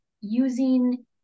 using